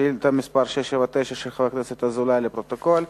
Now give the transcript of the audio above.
שאילתא מס' 679 של חבר הכנסת אזולאי, לפרוטוקול.